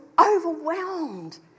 overwhelmed